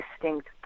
distinct